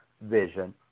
vision